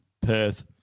Perth